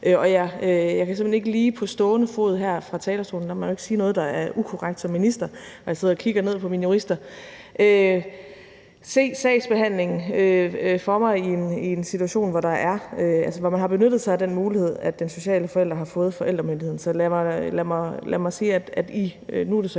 hen ikke lige på stående fod her fra talerstolen – der må man jo ikke sige noget, der er ukorrekt, som minister; jeg kigger ned på mine jurister – se sagsbehandlingen for mig i en situation, hvor man har benyttet sig af den mulighed, at den sociale forælder har fået forældremyndigheden. Så lad mig sige – nu er det så